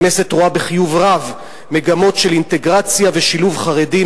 הכנסת רואה בחיוב רב מגמות של אינטגרציה ושילוב חרדים,